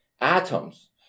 atoms